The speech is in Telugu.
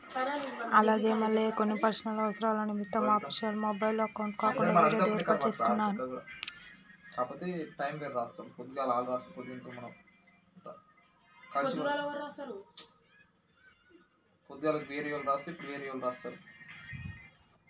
అలాగే మల్లయ్య కొన్ని పర్సనల్ అవసరాల నిమిత్తం అఫీషియల్ మొబైల్ అకౌంట్ కాకుండా వేరేది ఏర్పాటు చేసుకున్నాను